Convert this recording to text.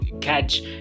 catch